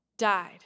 died